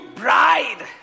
bride